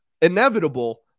inevitable